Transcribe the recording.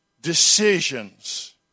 decisions